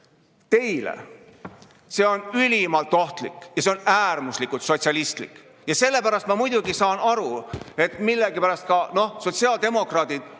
teile. See on ülimalt ohtlik ja see on äärmuslikult sotsialistlik! Ma muidugi saan aru, et millegipärast ka sotsiaaldemokraadid